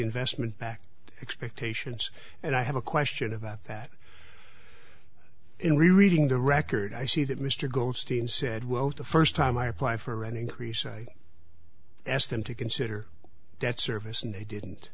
investment back expectations and i have a question about that in reading the record i see that mr goldstein said well the first time i apply for an increase i asked them to consider debt service and they didn't